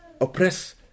Oppress